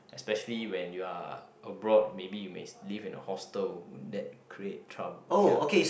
especially when you are abroad maybe you may live in a hostel would that create trouble ya